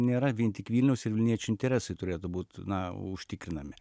nėra vien tik vilniaus ir vilniečių interesai turėtų būt na užtikrinami